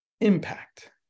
impact